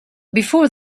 before